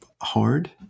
hard